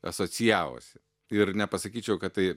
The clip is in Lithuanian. asocijavosi ir nepasakyčiau kad tai